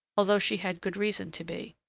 although she had good reason to be.